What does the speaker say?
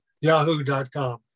Yahoo.com